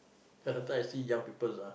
after I see young peoples ah